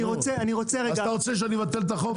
אני רוצה רגע --- אז אתה רוצה שאני אבטל את החוק?